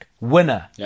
Winner